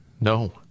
No